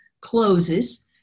closes